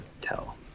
tell